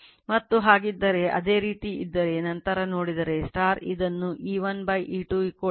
ಅದು ಹಾಗಿದ್ದರೆ ಅದೇ ರೀತಿ ಇದ್ದರೆ ನಂತರ ನೋಡಿದರೆ ಇದನ್ನು E1 E2 N1 N2 ಮತ್ತು E2 V2 ತಿಳಿದಿದೆ